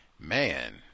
Man